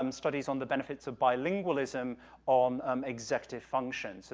um studies on the benefits of bilingualism on, um, executive function, so